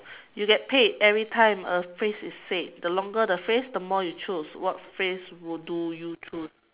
you get paid every time a phrase is said the longer the phrase the more you choose what phrase will do you through